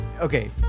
Okay